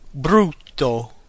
brutto